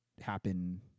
happen